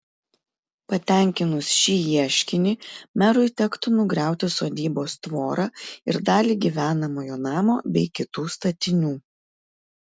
patenkinus šį ieškinį merui tektų nugriauti sodybos tvorą ir dalį gyvenamojo namo bei kitų statinių